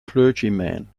clergyman